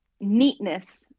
neatness